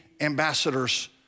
ambassadors